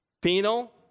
Penal